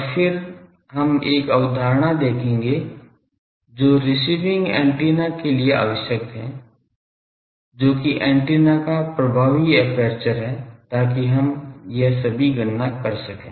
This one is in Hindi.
और फिर हम एक अवधारणा देखेंगे जो रिसीविंग एंटीना के लिए आवश्यक है जो कि एंटीना का प्रभावी एपर्चर है ताकि हम यह सभी गणना कर सकें